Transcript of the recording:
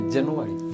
January